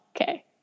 okay